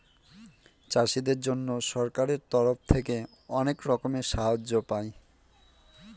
চাষীদের জন্য সরকারের তরফ থেকে অনেক রকমের সাহায্য পায়